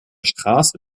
straße